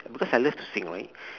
because I loved to sing right